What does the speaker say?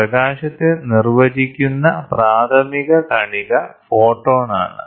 പ്രകാശത്തെ നിർവചിക്കുന്ന പ്രാഥമിക കണിക ഫോട്ടോൺ ആണ്